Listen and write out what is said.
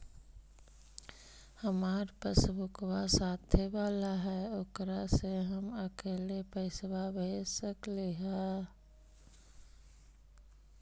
हमार पासबुकवा साथे वाला है ओकरा से हम अकेले पैसावा भेज सकलेहा?